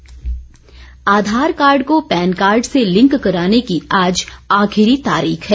आघार card Aadhaar card को PAN card से link कराने की आज आखिरी तारीख है